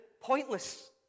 pointless